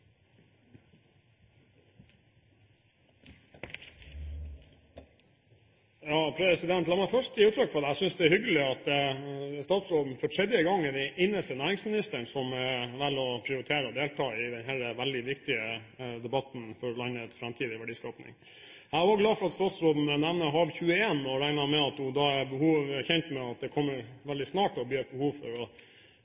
La meg først gi uttrykk for at jeg synes det er hyggelig at statsråden for tredje gang er inne som næringsminister og velger å prioritere deltakelse i denne veldig viktige debatten for landets framtidige verdiskaping. Jeg er også glad for at statsråden nevner HAV 21, og jeg regner med at hun er kjent med at det